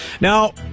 Now